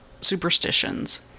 superstitions